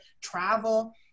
travel